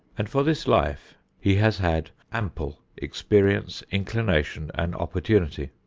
and for this life he has had ample experience, inclination and opportunity.